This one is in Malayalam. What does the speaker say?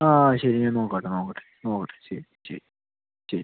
ആ ശരി ഞാൻ നോക്കാട്ടോ നോക്കട്ടെ നോക്കട്ടെ ശരി ശരി ശരി